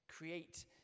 Create